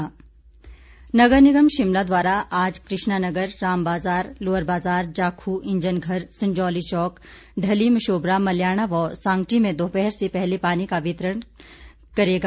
सूचना नगर निगम शिमला के तहत आज कृष्णानगर राम बाजार लोअर बाजार जाख इंजनघर संजौली चौक ढली मशोबरा मल्याणा व सांगटी में दोपहर से पहले पानी का वितरण किया जाएगा